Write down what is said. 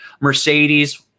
Mercedes